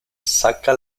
saca